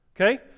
Okay